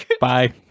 Bye